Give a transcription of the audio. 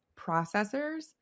processors